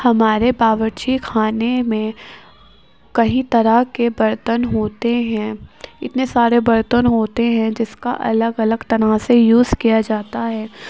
ہمارے باورچی خانے میں کئی طرح کے برتن ہوتے ہیں اتنے سارے برتن ہوتے ہیں جس کا الگ الگ طرح سے یوز کیا جاتا ہے